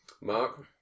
Mark